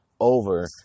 over